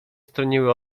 stroniły